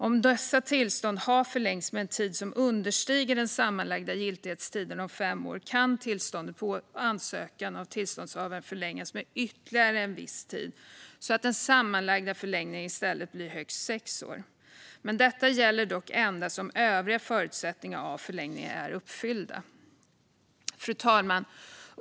Om dessa tillstånd har förlängts med en tid som understiger den sammanlagda giltighetstiden på fem år kan tillståndet efter ansökan av tillståndshavaren förlängas med ytterligare en viss tid så att den sammanlagda förlängningen i stället blir högst sex år. Detta gäller dock endast om övriga förutsättningar för förlängning är uppfyllda. Fru talman!